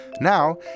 Now